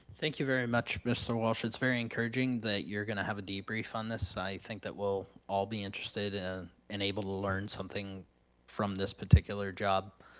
thank you very much mr. walsh, it's very encouraging that you're going to have a debrief on this. i think that we'll all be interested and able to learn something from this particular job.